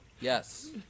Yes